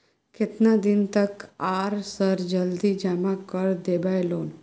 केतना दिन तक आर सर जल्दी जमा कर देबै लोन?